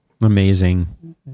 Amazing